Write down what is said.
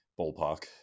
ballpark